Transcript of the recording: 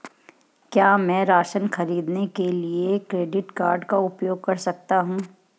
क्या मैं राशन खरीदने के लिए क्रेडिट कार्ड का उपयोग कर सकता हूँ?